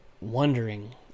wondering